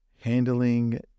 handling